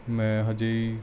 ਮੈਂ ਹਾਲੇ